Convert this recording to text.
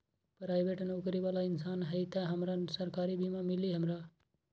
Private नौकरी बाला इंसान हई त हमरा सरकारी बीमा मिली हमरा?